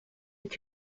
est